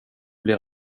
blir